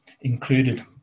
included